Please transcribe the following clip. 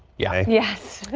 yeah, yes,